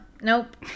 nope